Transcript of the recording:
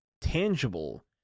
tangible